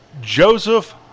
Joseph